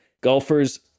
Golfers